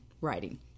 writing